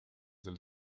del